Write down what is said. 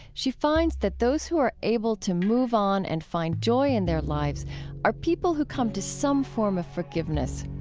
she finds that those who are able to move on and find joy in their lives are people who come to some form of forgiveness.